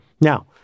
Now